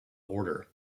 order